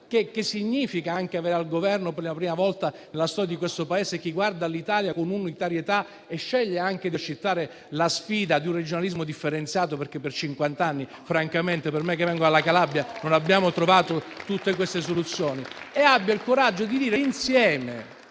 significa avere al Governo, per la prima volta nella storia di questo Paese, chi guarda l'Italia con unitarietà e sceglie anche di accettare la sfida di un regionalismo differenziato, perché francamente per cinquant'anni, per me che vengo dalla Calabria, non abbiamo trovato tutte queste soluzioni. Si abbia il coraggio di dire insieme